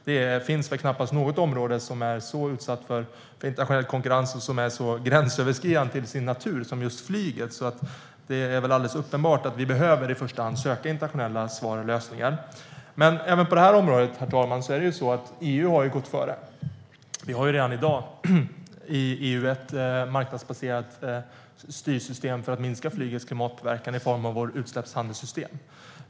Det finns väl knappast något område som är så utsatt för internationell konkurrens och som är så gränsöverskridande till sin natur som just flyget. Det är väl alldeles uppenbart att vi i första hand behöver söka internationella svar och lösningar. Även på det här området, herr talman, har EU gått före. Vi har i EU redan i dag ett marknadsbaserat styrsystem för att minska flygets klimatpåverkan i form av vårt utsläppshandelssystem.